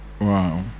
Wow